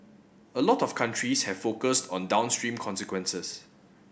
a lot of countries have focused on downstream consequences